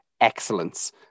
excellence